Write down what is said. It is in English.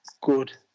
good